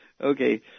Okay